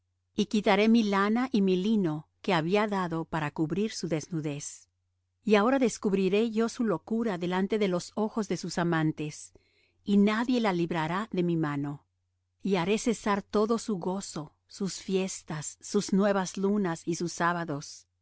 y quitaré mi lana y mi lino que había dado para cubrir su desnudez y ahora descubriré yo su locura delante de los ojos de sus amantes y nadie la librará de mi mano y haré cesar todo su gozo sus fiestas sus nuevas lunas y sus sábados